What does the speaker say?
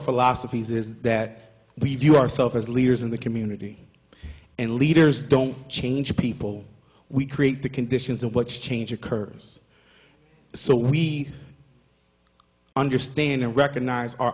philosophies is that we view ourselves as leaders in the community and leaders don't change people we create the conditions of what change occurs so we understand and recognize our